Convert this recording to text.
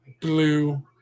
blue